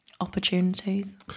Opportunities